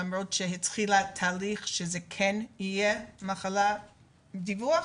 למרות שהתחיל תהליך שזה כן יהיה מחלה שמחייבת דיווח,